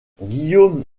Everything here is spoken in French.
guillaume